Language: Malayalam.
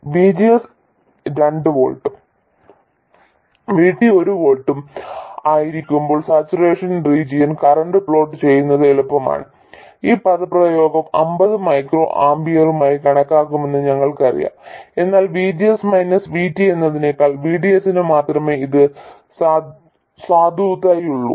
VGS രണ്ട് വോൾട്ടും VT ഒരു വോൾട്ടും ആയിരിക്കുമ്പോൾ സാച്ചുറേഷൻ റീജിയൻ കറന്റ് പ്ലോട്ട് ചെയ്യുന്നത് എളുപ്പമാണ് ഈ പദപ്രയോഗം 50 മൈക്രോ ആമ്പിയറുകളായി കണക്കാക്കുമെന്ന് ഞങ്ങൾക്കറിയാം എന്നാൽ VGS മൈനസ് VT എന്നതിനേക്കാൾ VDS ന് മാത്രമേ ഇത് സാധുതയുള്ളൂ